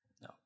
No